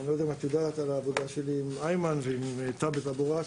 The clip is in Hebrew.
אני לא יודע אם את יודעת על העבודה שלי עם איימן ועם אבו ראס.